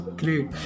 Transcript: great